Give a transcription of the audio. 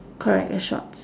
correct a shorts